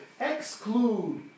exclude